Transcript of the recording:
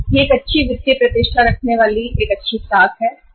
यह अच्छी वित्तीय प्रतिष्ठा रखने वाली और अच्छी साख वाली फर्म है